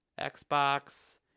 Xbox